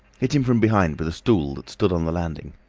hit him from behind with a stool that stood on the landing.